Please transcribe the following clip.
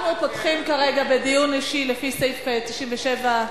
אנחנו פותחים כרגע בדיון אישי לפי סעיף 97ה,